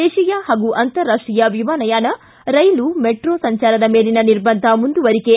ದೇಶೀಯ ಹಾಗೂ ಅಂತಾರಾಷ್ಲೀಯ ವಿಮಾನಯಾನ ರೈಲು ಮೆಟ್ರೋ ಸಂಚಾರದ ಮೇಲಿನ ನಿರ್ಬಂಧ ಮುಂದುವರಿಕೆ